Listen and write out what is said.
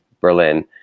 berlin